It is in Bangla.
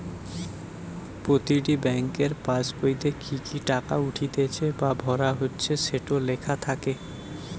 প্রতিটি বেংকের পাসবোইতে কি কি টাকা উঠতিছে বা ভরা হচ্ছে সেটো লেখা থাকে